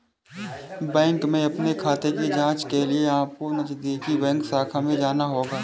bank में अपने खाते की जांच के लिए अपको नजदीकी बैंक शाखा में जाना होगा